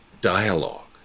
dialogue